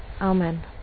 Amen